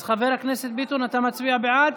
אז חבר הכנסת ביטון, אתה מצביע בעד?